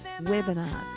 webinars